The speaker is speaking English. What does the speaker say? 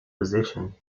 position